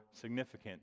significant